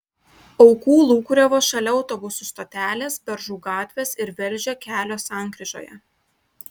aukų lūkuriavo šalia autobusų stotelės beržų gatvės ir velžio kelio sankryžoje